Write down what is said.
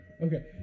Okay